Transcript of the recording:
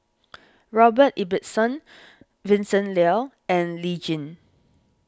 Robert Ibbetson Vincent Leow and Lee Tjin